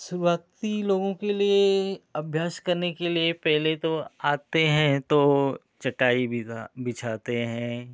शुरुवाती लोगों के लिए अभ्यास करने के लिए पहले तो आते हैं तो चटाई विधा बिछाते हैं